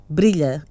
brilha